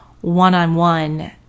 one-on-one